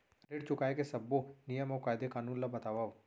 ऋण चुकाए के सब्बो नियम अऊ कायदे कानून ला बतावव